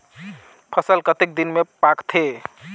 फसल कतेक दिन मे पाकथे?